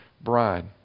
bride